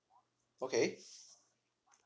okay